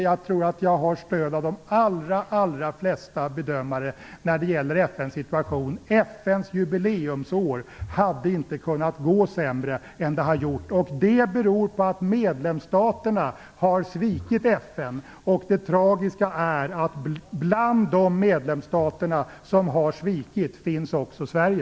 Jag tror att jag har stöd av de allra flesta bedömare när det gäller FN:s situation. FN:s jubileumsår hade inte kunnat gå sämre än det gjort. Det beror på att medlemsstaterna har svikit FN. Det tragiska är att bland de medlemsstater som har svikit finns också Sverige.